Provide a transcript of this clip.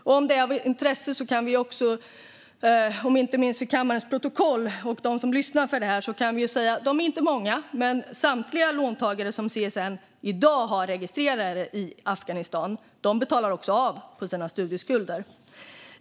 Om det är av intresse kan jag åtminstone för kammarens protokoll och för dem som lyssnar säga att låntagarna inte är många, men samtliga som CSN i dag har registrerade i Afghanistan betalar av sina studieskulder.